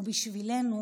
ובשבילנו,